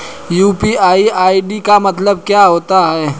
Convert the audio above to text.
UPI ID का मतलब क्या होता है?